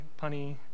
punny